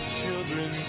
children